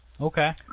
Okay